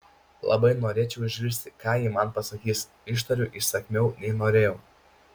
labai norėčiau išgirsti ką ji man pasakys ištariu įsakmiau nei norėjau